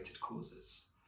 causes